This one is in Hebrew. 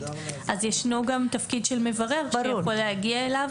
יש גם תפקיד של מברר שיכול להגיע אליו